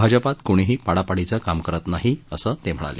भाजपात कुणीही पाडापाडीचं काम करत नाही असं ते म्हणाले